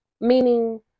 Meaning